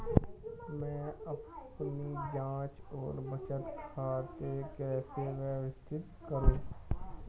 मैं अपनी जांच और बचत खाते कैसे व्यवस्थित करूँ?